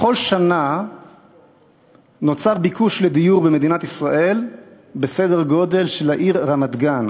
בכל שנה נוצר במדינת ישראל ביקוש לדיור בסדר-גודל של העיר רמת-גן,